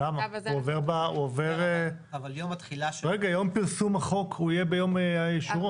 למה, הוא עובר, יום פרסום החוק יהיה ביום אישורו.